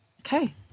Okay